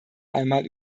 einmal